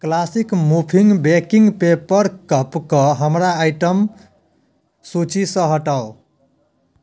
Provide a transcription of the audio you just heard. classic muffin baking paper कपके हमर item सूचीसँ हटाउ